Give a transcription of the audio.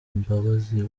imbabazi